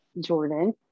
Jordan